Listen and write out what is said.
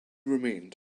remained